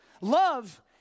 Love